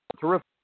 Terrific